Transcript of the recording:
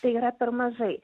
tai yra per mažai